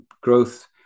growth